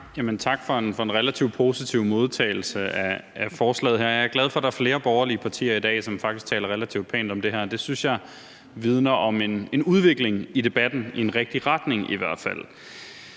Tak for en relativt positiv modtagelse af forslaget her. Jeg er glad for, at der er flere borgerlige partier i dag, som faktisk taler relativt pænt om det her. Det synes jeg i hvert fald vidner om en udvikling i debatten i en rigtig retning. Jeg kunne